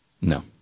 No